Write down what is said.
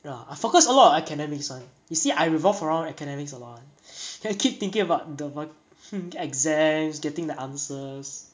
ya I focused a lot of academics [one] you see I revolve around academics a lot [one] then keep thinking about the ma~ hehe exams getting the answers